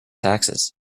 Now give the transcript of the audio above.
taxes